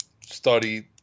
study